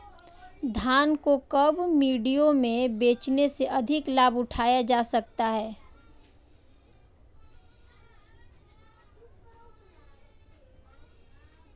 धान को कब मंडियों में बेचने से अधिक लाभ उठाया जा सकता है?